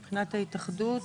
מבחינת ההתאחדות,